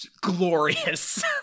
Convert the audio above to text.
Glorious